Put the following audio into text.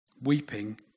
Weeping